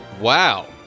wow